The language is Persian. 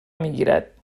میگیرد